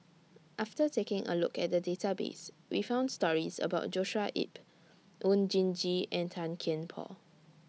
after taking A Look At The Database We found stories about Joshua Ip Oon Jin Gee and Tan Kian Por